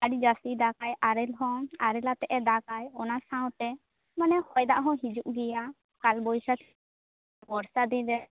ᱟᱹᱰᱤ ᱡᱟᱹᱥᱛᱤ ᱫᱟᱠᱟᱭ ᱟᱨᱮᱞ ᱦᱚᱸ ᱟᱨᱮᱞᱟᱛᱮ ᱫᱟᱜᱟᱭ ᱚᱱᱟ ᱥᱟᱶᱛᱮ ᱢᱟᱱᱮ ᱦᱚᱭ ᱫᱟᱜ ᱦᱚᱸ ᱦᱤᱡᱩᱜ ᱜᱮᱭᱟ ᱠᱟᱞ ᱵᱚᱭᱥᱟᱠᱷᱤ ᱵᱚᱨᱥᱟ ᱫᱤᱱᱨᱮ